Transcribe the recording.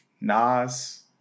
Nas